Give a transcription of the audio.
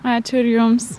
ačiū ir jums